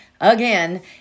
again